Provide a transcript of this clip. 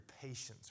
patience